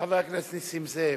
וחבר הכנסת נסים זאב.